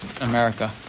america